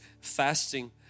fasting